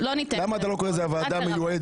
אופיר, למה אתה לא קורא לזה הוועדה המיועדת?